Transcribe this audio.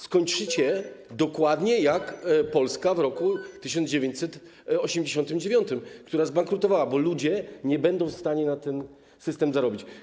Skończycie dokładnie jak Polska w roku 1989, która zbankrutowała, bo ludzie nie będą w stanie na ten system zarobić.